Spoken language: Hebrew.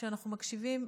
כשאנחנו מקשיבים,